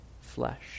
flesh